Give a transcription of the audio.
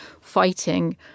fighting